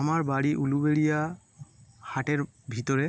আমার বাড়ি উলুবেরিয়া হাটের ভিতরে